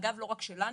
אגב לא רק שלנו,